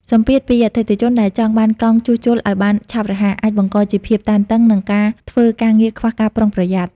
សម្ពាធពីអតិថិជនដែលចង់បានកង់ជួសជុលឱ្យបានឆាប់រហ័ស អាចបង្កជាភាពតានតឹង និងការធ្វើការងារខ្វះការប្រុងប្រយ័ត្ន។